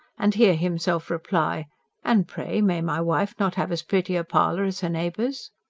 and hear himself reply and pray may my wife not have as pretty a parlour as her neighbours?